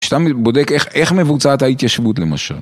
שאתה בודק איך מבוצעת ההתיישבות למשל.